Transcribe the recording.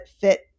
fit